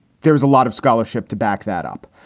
there was a lot of scholarship to back that up.